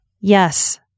yes